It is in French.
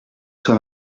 soit